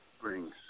brings